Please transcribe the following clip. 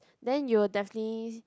then you'll definitely